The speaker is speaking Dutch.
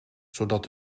zodat